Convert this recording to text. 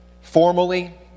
Formally